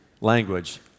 language